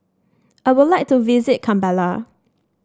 I would like to visit Kampala